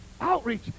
outreach